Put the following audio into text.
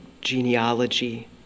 genealogy